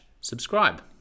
subscribe